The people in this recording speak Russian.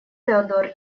теодор